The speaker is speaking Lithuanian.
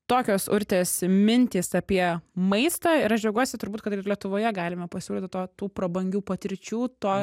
tokios urtės mintys apie maistą ir aš džiaugiuosi turbūt kad ir lietuvoje galime pasiūlyti to tų prabangių patirčių to